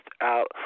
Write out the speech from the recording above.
out